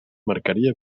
marcaria